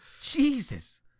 Jesus